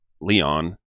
Leon